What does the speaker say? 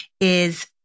is-